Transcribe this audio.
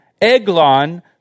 Eglon